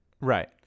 right